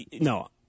no